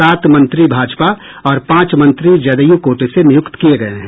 सात मंत्री भाजपा और पांच मंत्री जदयू कोटे से नियूक्त किये गये हैं